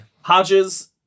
Hodges